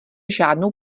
žádnou